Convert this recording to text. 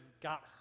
got